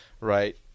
right